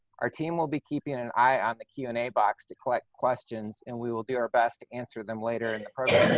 our team will be keeping an eye on the q and a box to collect questions, and we will do our best to answer them later in the program.